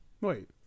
Wait